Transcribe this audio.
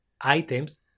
items